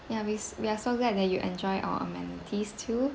ya we we are so glad that you enjoy our amenities too